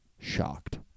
shocked